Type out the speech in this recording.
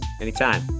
anytime